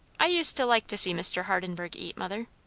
i used to like to see mr. hardenburgh eat, mother.